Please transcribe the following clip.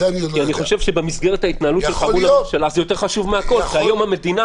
אני חושב שזה יותר חשוב מהכול, כי היום המדינה